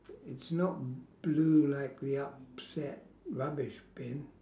it's not blue like the upset rubbish bin